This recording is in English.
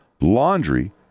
laundry